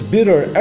Bitter